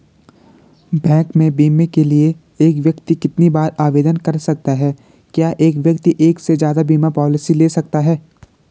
Bank में बीमे के लिए एक व्यक्ति कितनी बार आवेदन कर सकता है क्या एक व्यक्ति एक से ज़्यादा बीमा पॉलिसी ले सकता है?